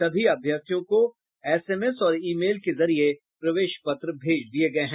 सभी अभ्यर्थियों को एसएमएस और ई मेल के जरिये प्रवेश पत्र भेज दिये गये हैं